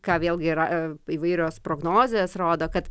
ką vėlgi yra įvairios prognozės rodo kad